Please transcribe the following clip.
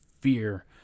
fear